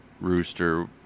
rooster